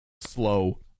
Slow